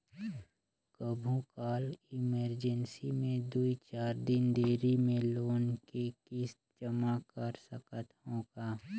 कभू काल इमरजेंसी मे दुई चार दिन देरी मे लोन के किस्त जमा कर सकत हवं का?